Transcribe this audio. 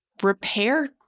repair